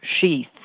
sheath